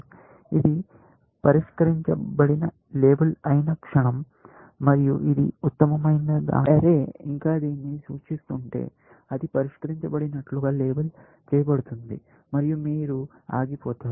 ఇది పరిష్కరించబడిన లేబుల్ అయిన క్షణం మరియు ఇది ఉత్తమమైనదైతే అర్రౌ ఇంకా దీన్ని సూచిస్తుంటే అది పరిష్కరించబడినట్లుగా లేబుల్ చేయబడుతుంది మరియు మీరు ఆగిపోతారు